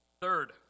Third